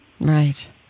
right